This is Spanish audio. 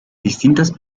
distintas